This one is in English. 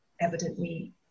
evidently